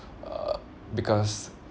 uh because